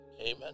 Amen